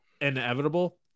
inevitable